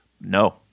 No